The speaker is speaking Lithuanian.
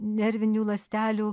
nervinių ląstelių